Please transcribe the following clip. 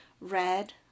red